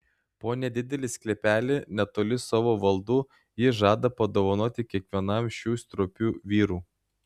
po nedidelį sklypelį netoli savo valdų ji žada padovanoti kiekvienam šių stropių vyrų